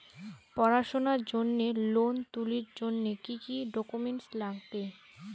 পড়াশুনার জন্যে লোন তুলির জন্যে কি কি ডকুমেন্টস নাগে?